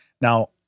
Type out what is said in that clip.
Now